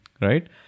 right